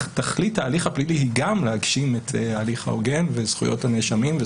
תכלית ההליך הפלילי היא גם להגשים את ההליך ההוגן ואת זכויות הנאשמים.